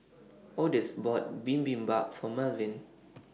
Odus bought Bibimbap For Malvin